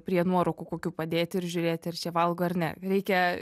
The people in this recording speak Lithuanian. prie nuorūkų kokių padėti ir žiūrėti ar šie valgo ar ne reikia